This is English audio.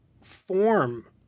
form